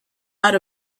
out